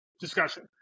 discussion